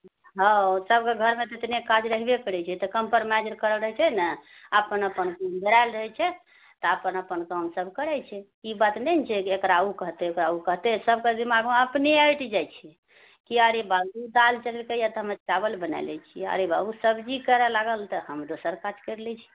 हँ सबकेँ घरमे तऽ एतने काम रहबे करैत छै तऽ कम्परमाइज करैत छै ने आ अपन अपन बेरा आएल रहै छै तऽ अपन अपन काम सब करै छै ई बात नहि ने छै जे एकरा ओ कहतै एकरा ओ कहतै सबकें जिम्मामे अपने अँटि जाइत छै किआ रे बाबू ओ दाल चढेलकै तऽ हम चावल बनाए लए छिऐ अरे बाबू सब्जी करए लागल तऽ हम दोसर काज करि लए छी